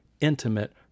intimate